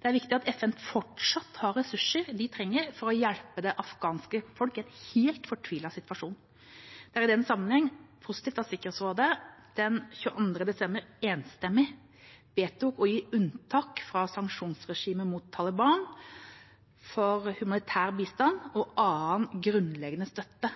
Det er viktig at FN fortsatt har ressursene de trenger for å hjelpe det afghanske folket i en helt fortvilet situasjon. Det er i den sammenheng positivt at Sikkerhetsrådet den 22. desember enstemmig vedtok å gi unntak fra sanksjonsregimet mot Taliban for humanitær bistand og annen grunnleggende støtte